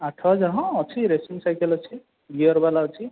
ଆଠ ହଜାର ହଁ ଅଛି ରେସିଂ ସାଇକେଲ ଅଛି ଗିଅର୍ ବାଲା ଅଛି